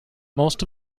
most